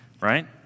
right